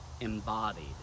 embodied